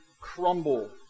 crumble